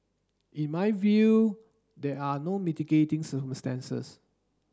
in my view there are no mitigating circumstances